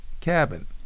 cabin